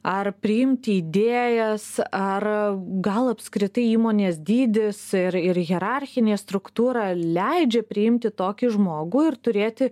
ar priimti idėjas ar gal apskritai įmonės dydis ir ir hierarchinė struktūra leidžia priimti tokį žmogų ir turėti